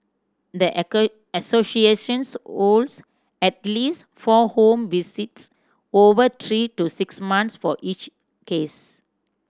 the associations holds at least four home visits over three to six months for each case